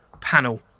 panel